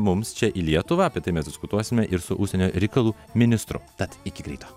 mums čia į lietuvą apie tai mes diskutuosime ir su užsienio reikalų ministru tad iki greito